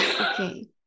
Okay